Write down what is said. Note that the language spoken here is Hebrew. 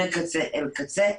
מקצה אל קצה,